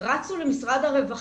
רצו למשרד הרווחה,